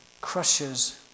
crushes